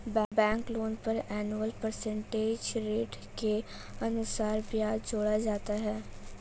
bank loan पर annual percentage rate के अनुसार ब्याज जोड़ा जाता है